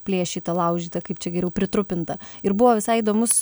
plėšyta laužyta kaip čia geriau pritrupinta ir buvo visai įdomus